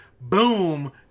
Boom